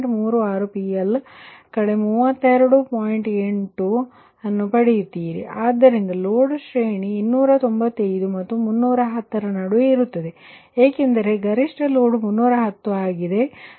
8 8 ಅನ್ನು ಪಡೆಯುತ್ತೀರಿ ಆದ್ದರಿಂದ ಲೋಡ್ ಶ್ರೇಣಿ 295 ಮತ್ತು 310 ರ ನಡುವೆ ಇರುತ್ತದೆ ಏಕೆಂದರೆ ಗರಿಷ್ಠ ಲೋಡ್ 310 ಆಗಿದೆ